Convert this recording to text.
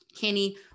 Kenny